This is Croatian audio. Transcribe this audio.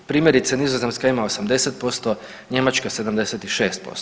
Primjerice Nizozemska ima 80%, Njemačka 76%